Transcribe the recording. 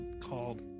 called